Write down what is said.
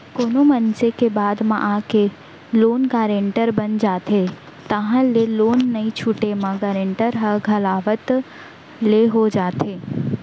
कोनो मनसे के बात म आके लोन गारेंटर बन जाथे ताहले लोन नइ छूटे म गारेंटर ह घलावत ले हो जाथे